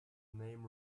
name